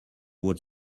would